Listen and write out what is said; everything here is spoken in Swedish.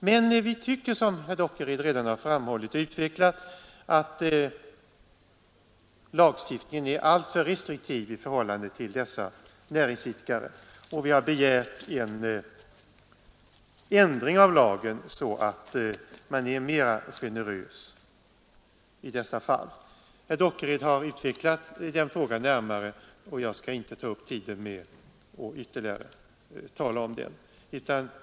Men vi tycker, som herr Dockered redan har framhållit, att lagen är alltför restriktiv mot dessa näringsidkare, och vi har begärt en mera generös utformning av lagtexten för dessa fall. Herr Dockered har utvecklat den frågan närmare, och jag skall inte ta upp tiden med att ytterligare tala om den. Herr talman!